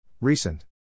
Recent